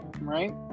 right